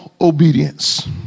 obedience